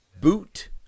boot